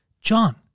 John